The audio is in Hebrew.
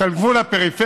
את על גבול הפריפריה,